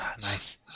Nice